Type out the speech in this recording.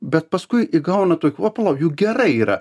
bet paskui įgauna tokių apologijų gerai yra